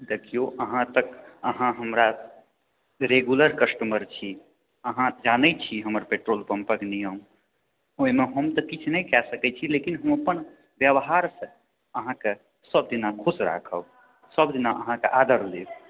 देखिऔ अहाँ तक अहाँ हमरा रेगुलर कस्टमर छी अहाँ जानैत छी हमर पेट्रोल पम्पके नियम ओहिमे हम तऽ किछु नहि कए सकैत छी लेकिन हम अपन व्यवहारसँ अहाँकेँ सभ दिना खुश राखब सभ दिना अहाँकेँ आदर लेब